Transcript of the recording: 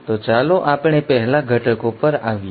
તો ચાલો આપણે પહેલા ઘટકો પર આવીએ